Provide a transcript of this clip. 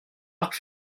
marc